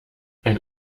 ein